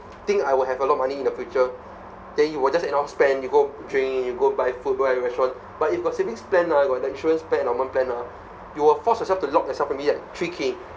think I will have a lot of money in the future then you will just anyhow spend you go drink you go buy food go out eat restaurant but if got savings plan ah got the insurance plan endowment plan ah you will force yourself to lock yourself immediate three K